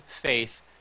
faith